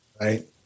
Right